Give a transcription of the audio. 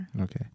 Okay